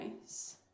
nice